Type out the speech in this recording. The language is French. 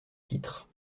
titre